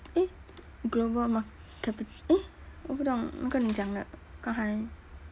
eh global mark~ capital eh 我不懂那个你讲的刚才